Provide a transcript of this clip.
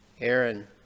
Aaron